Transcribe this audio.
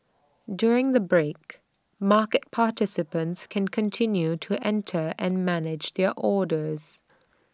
during the break market participants can continue to enter and manage their orders